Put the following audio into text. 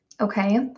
okay